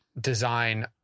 design